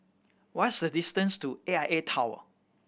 what is the distance to A I A Tower